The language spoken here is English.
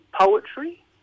poetry